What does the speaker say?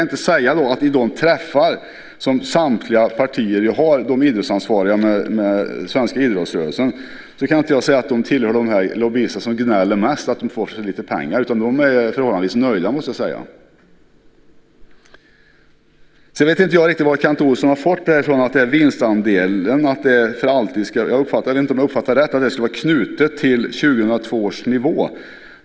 Samtliga partier har ju möten med de ansvariga inom den svenska idrottsrörelsen, och jag kan inte påstå att dessa tillhör de lobbyister som gnäller mest för att de får så lite pengar. I stället måste jag säga att de är förhållandevis nöjda. Jag vet inte riktigt vad Kent Olsson har fått det ifrån han sade om vinstandelen. Jag vet inte om jag uppfattade rätt att det skulle vara knutet till år 2002 års nivå.